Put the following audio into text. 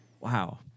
wow